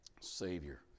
Savior